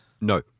No